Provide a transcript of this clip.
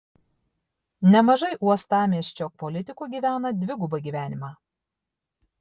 nemažai uostamiesčio politikų gyvena dvigubą gyvenimą